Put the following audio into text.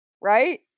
Right